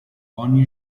ogni